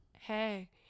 hey